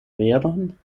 veron